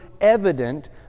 evident